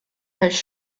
has